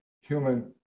human